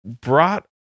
brought